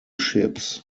ships